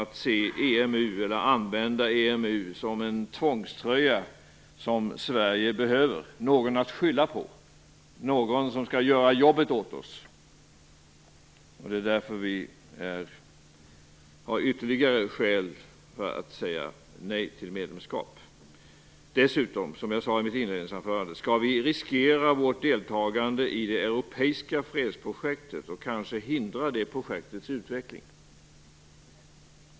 Vi är inte beredda att använda EMU som en tvångströja som Sverige behöver - som någon att skylla på eller någon som skall göra jobbet åt oss. Det är därför vi har ytterligare skäl för att säga nej till medlemskap. Skall vi dessutom, som jag sade i mitt inledningsanförande, riskera vårt deltagande i det europeiska fredsprojektet och kanske hindra det projektets utveckling?